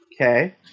Okay